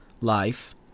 life